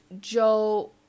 Joe